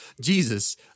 Jesus